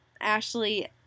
Ashley